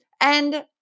And-